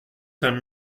cinq